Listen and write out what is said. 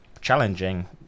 challenging